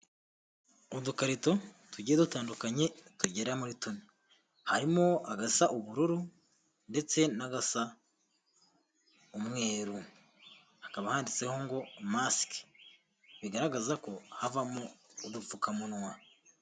Udukarito tugiye dutandukanye tugera muri tune, harimo agasa ubururu ndetse n'agasa umweru, hakaba handitseho ngo masike bigaragaza ko havamo udupfukamunwa.